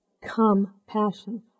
compassion